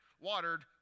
watered